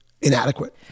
inadequate